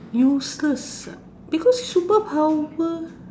useless ah because superpower